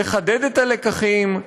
לחדד את הלקחים.